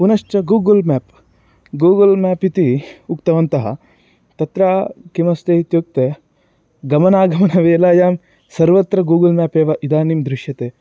पुनश्च Google map Google map इति उक्तवन्तः तत्र किमस्ति इत्युक्ते गमनागमनवेलायां सर्वत्र गूगल् मेप् एव इदानीं दृश्यते